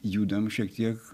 judam šiek tiek